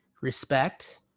respect